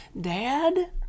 dad